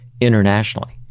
internationally